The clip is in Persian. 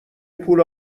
پول